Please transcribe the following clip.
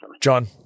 John